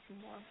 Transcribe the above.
more